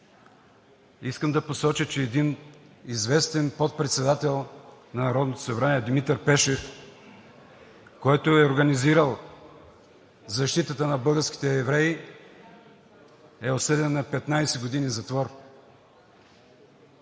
Искам да посоча, че един известен подпредседател на Народното събрание – Димитър Пешев, който е организирал защитата на българските евреи, е осъден на 15 години затвор.